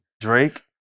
Drake